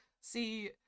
see